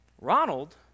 Ronald